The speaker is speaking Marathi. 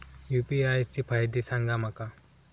यू.पी.आय चे फायदे सांगा माका?